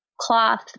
cloth